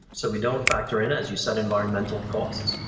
so we don't factor in, as you said, environmental costs,